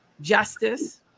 justice